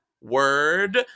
Word